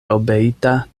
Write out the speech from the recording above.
obeita